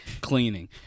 Cleaning